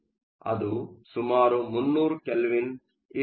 ಅದು ಸುಮಾರು 300 ಕೆಲ್ವಿನ್ ಇದೆ